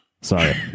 Sorry